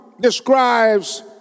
describes